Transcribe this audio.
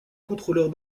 contrôleurs